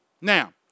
Now